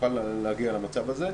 נוכל להגיע למצב הזה.